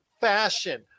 fashion